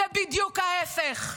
זה בדיוק ההפך.